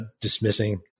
dismissing